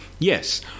Yes